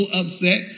upset